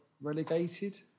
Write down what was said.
relegated